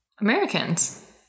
Americans